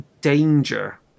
danger